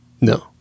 No